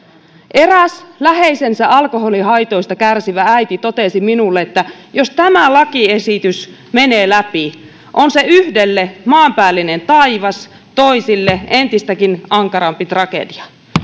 eräs läheisensä alkoholihaitoista kärsivä äiti totesi minulle että jos tämä lakiesitys menee läpi on se yhdelle maanpäällinen taivas toisille entistäkin ankarampi tragedia